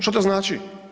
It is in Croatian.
Što to znači?